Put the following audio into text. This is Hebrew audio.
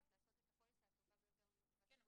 לעשות את הפוליסה הטובה ביותר -- כן,